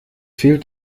fehlt